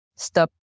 stop